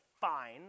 fine